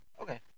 Okay